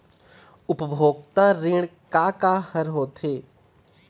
उपभोक्ता ऋण का का हर होथे?